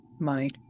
money